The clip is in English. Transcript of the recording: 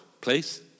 please